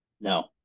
No